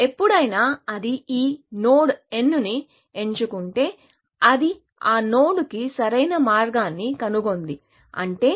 ఎప్పుడైనా అది ఈ నోడ్ nని ఎంచుకుంటే అది ఆ నోడ్కి సరైన మార్గాన్ని కనుగొంది అంటే g g